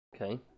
Okay